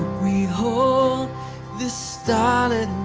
we hold this starlit